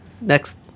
Next